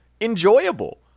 enjoyable